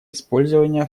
использования